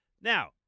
Now